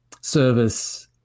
service